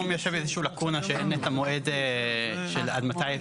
לקונה שאין את המועד של עד מתי,